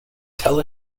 tell